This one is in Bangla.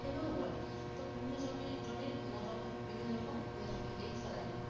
এভাবেও বলে তো বিভিন্ন জমে জনের মতামত বিভিন্ন রকম হয়ে থাকে এই খেলা নিয়ে